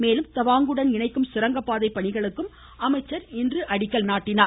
மேலும் தவாங்குடன் இணைக்கும் சுரங்கப்பாதை பணிகளுக்கும் அமைச்சர் இன்று அடிக்கல் நாட்டினார்